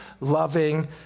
loving